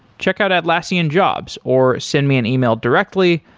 check out atlassian jobs or send me an email directly.